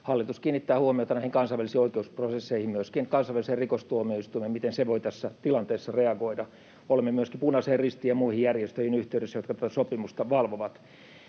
hallitus kiinnittää huomiota näihin kansainvälisiin oikeusprosesseihin, myöskin kansainväliseen rikostuomioistuimeen, siihen, miten se voi tässä tilanteessa reagoida. Olemme yhteydessä myöskin Punaiseen Ristiin ja muihin järjestöihin, jotka tätä sopimusta valvovat.